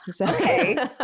Okay